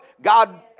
God